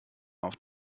auf